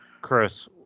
Chris